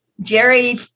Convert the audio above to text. Jerry